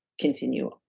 continue